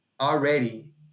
already